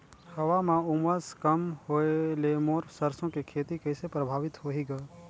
हवा म उमस कम होए ले मोर सरसो के खेती कइसे प्रभावित होही ग?